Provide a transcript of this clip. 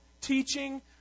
teaching